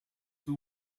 too